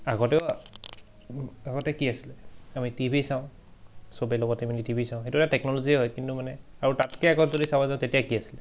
আগতেও আগতে কি আছিলে আমি টিভি চাওঁ চবে লগতে মিলি টিভি চাওঁ সেইটো এটা টেকন'লজিয়ে হয় কিন্তু মানে আৰু তাতকৈ আগত যদি চাব যাওঁ তেতিয়া কি আছিলে